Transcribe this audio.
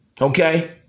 Okay